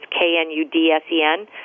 K-N-U-D-S-E-N